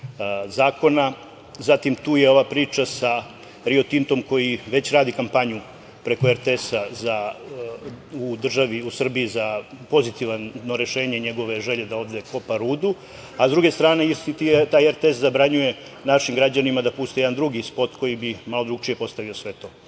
zakona. Zatim, tu je ova priča sa „Rio Tintom“, koji već radi kampanju preko RTS-a u Srbiji za pozitivno rešenje njegove želje da ovde kopa rudu, a s druge strane, isti taj RTS zabranjuje našim građanima da puste jedan drugi spot koji bi malo drugačije postavio sve